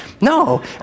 No